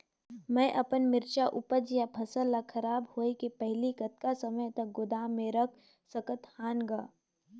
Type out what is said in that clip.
मैं अपन मिरचा ऊपज या फसल ला खराब होय के पहेली कतका समय तक गोदाम म रख सकथ हान ग?